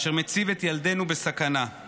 אשר מציב את ילדנו בסכנה,